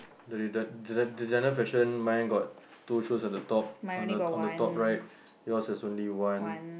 the deda~ the designer fashion mine got two shoes at the top on the on the top right yours is only one